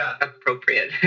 appropriate